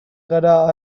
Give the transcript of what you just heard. gara